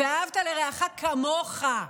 ואהבת לרעך כמוך,